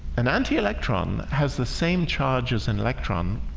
an anti-electron has the same charge as an electron.